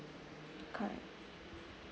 correct